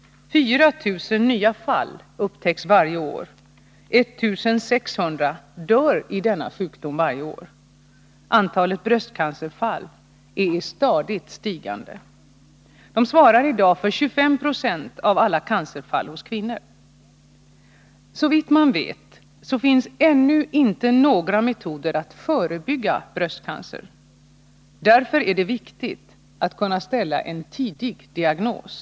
4 000 nya fall upptäcks varje år. 1 600 kvinnor dör i denna sjukdom varje år. Antalet bröstcancerfall är i stadigt stigande. De svarar i dag för 25 96 av alla cancerformer hos kvinnor. Såvitt man vet finns det ännu inte några metoder för att förebygga bröstcancer. Därför är det viktigt att kunna ställa en tidig diagnos.